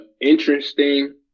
interesting